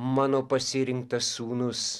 mano pasirinktas sūnus